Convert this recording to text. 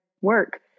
work